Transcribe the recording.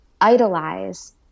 idolize